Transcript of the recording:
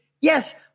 Yes